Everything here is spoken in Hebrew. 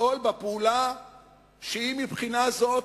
פעולה שמבחינה זו